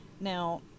Now